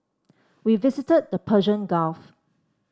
we visited the Persian Gulf